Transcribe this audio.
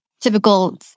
Typical